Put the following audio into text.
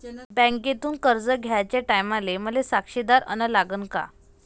बँकेतून कर्ज घ्याचे टायमाले मले साक्षीदार अन लागन का?